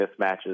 mismatches